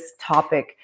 topic